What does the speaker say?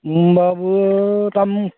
होम्बाबो दाम